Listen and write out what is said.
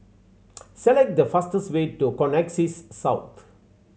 select the fastest way to Connexis South